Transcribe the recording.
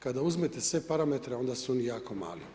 Kada uzmete sve parametre onda su jako mali.